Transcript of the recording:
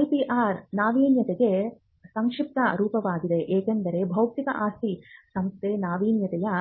IPR ನಾವೀನ್ಯತೆಗೆ ಸಂಕ್ಷಿಪ್ತ ರೂಪವಾಗಿದೆ ಏಕೆಂದರೆ ಬೌದ್ಧಿಕ ಆಸ್ತಿ ಸಂಸ್ಥೆ ನಾವಿನ್ಯತೆಯನ್ನು